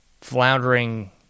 floundering